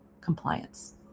compliance